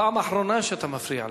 פעם אחרונה שאתה מפריע לו.